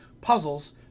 puzzles